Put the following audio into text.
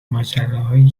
ماجراهایی